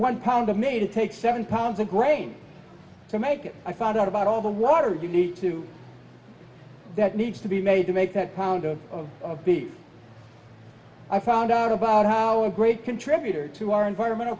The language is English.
one pound a made it takes seven pounds of grain to make it i found out about all the water you need to that needs to be made to make that pound to be i found out about how a great contributor to our environmental